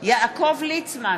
יעקב ליצמן,